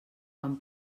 quan